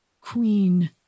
queen